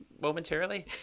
momentarily